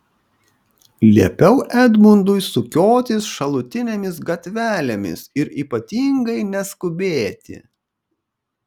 liepiau edmundui sukiotis šalutinėmis gatvelėmis ir ypatingai neskubėti